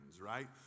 right